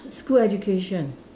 school education